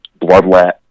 Bloodlet